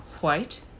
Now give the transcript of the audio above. white